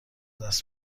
دست